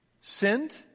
sinned